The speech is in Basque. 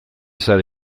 zara